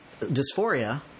dysphoria